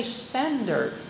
standard